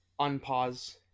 Unpause